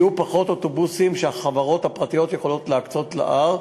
יהיו פחות אוטובוסים שהחברות הפרטיות יכולות להקצות להר.